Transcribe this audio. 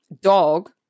dog